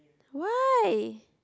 why